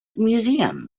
museum